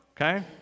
Okay